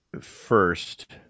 first